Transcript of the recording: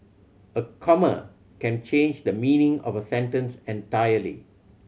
a comma can change the meaning of a sentence entirely